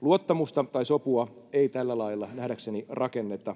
Luottamusta tai sopua ei tällä lailla nähdäkseni rakenneta,